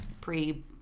pre